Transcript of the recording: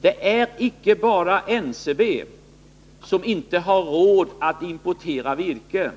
Det är icke bara NCB, som inte har råd att importera virke.